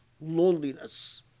loneliness